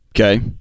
Okay